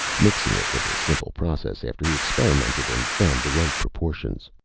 mixing it was a simple process after he experimented and found the right proportions.